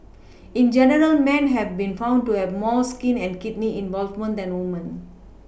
in general men have been found to have more skin and kidney involvement than women